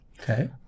Okay